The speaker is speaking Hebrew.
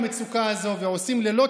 אנחנו קשובים למצוקה הזו ועושים לילות